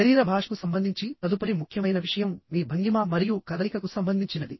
శరీర భాషకు సంబంధించి తదుపరి ముఖ్యమైన విషయం మీ భంగిమ మరియు కదలికకు సంబంధించినది